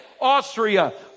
Austria